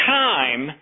time